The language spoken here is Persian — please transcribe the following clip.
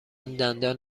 دندان